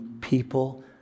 people